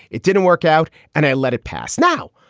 it didn't work out and i let it pass now,